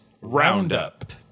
roundup